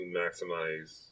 maximize